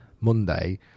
Monday